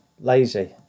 lazy